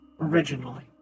originally